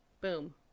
Boom